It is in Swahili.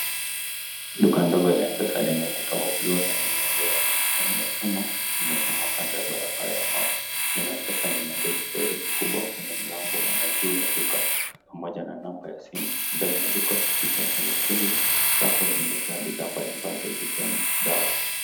Duka ndogo la mpesa lenye ukuta wa blue na milango ya kijani ya chuma ambayo imesimama kando ya barabara ya mawe. Jina la mpesa limeandikwa kwa mlango kwa herufi kubwa juu ya duka pamoja na number ya simu duka limejaa bidhaa mbali mbali zikiwemo dawa.